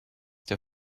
der